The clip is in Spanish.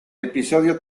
episodio